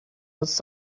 nutzt